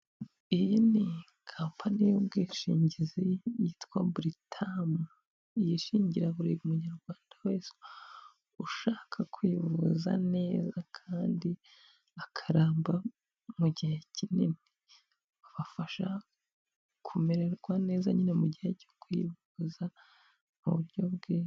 Iyi ni kampani y'ubwishingizi yitwa Buritamu, yishingira buri munyarwanda wese ushaka kwivuza neza kandi akaramba mu gihe kinini. Babafasha kumererwa neza nyine mu gihe cyo kwivuza mu buryo bwiza.